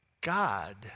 God